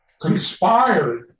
conspired